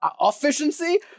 Efficiency